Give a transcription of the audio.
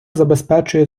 забезпечує